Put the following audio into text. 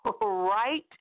right